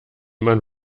man